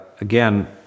again